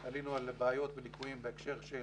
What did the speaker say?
עלינו על בעיות וליקויים בהקשר של